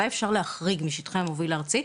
מתי אפשר להחריג משטחי המוביל הארצי?